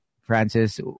Francis